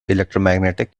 electromagnetic